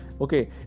okay